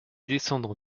descendants